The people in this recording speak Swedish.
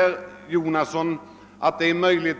Det är möjligt, herr Jonasson,